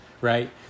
right